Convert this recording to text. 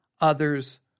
others